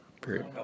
Period